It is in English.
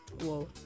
Whoa